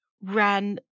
ran